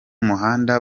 muhanda